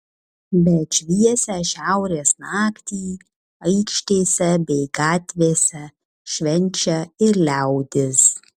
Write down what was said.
bet šviesią šiaurės naktį aikštėse bei gatvėse švenčia ir liaudis